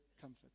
comfort